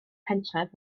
pentref